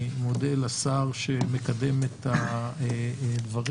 אני מודה לשר שמקדם את הדברים.